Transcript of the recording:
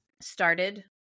started